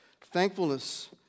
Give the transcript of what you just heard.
Thankfulness